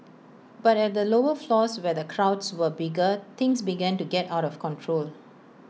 but at the lower floors where the crowds were bigger things began to get out of control